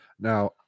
Now